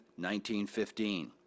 1915